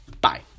Bye